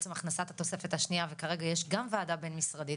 בעצם הכנסת התוספת השנייה וכרגע יש גם וועדה בין משרדית